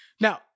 Now